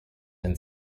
and